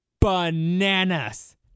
bananas